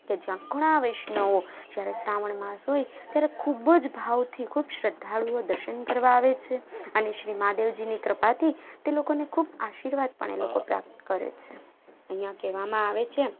કે જ્યાં ઘણા વૈષ્ણવો જ્યારે શ્રાવણ માસ હોય ખૂબ જ ભાવથી ખૂબ શ્રદ્ધાળુઓ દર્શન કરવા આવે છે અને શ્રી માધવજીની કૃપાથી તે લોકોને ખૂબ આશીર્વાદ પણ એ લોકો પ્રાપ્ત કરે છે અહીંયા કહેવામાં આવે છે